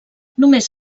només